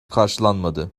karşılanmadı